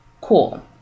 Cool